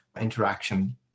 interaction